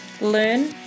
Learn